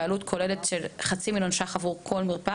בעלות כוללת של חצי מיליון שקלים עבור מרפאה,